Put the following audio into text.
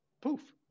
poof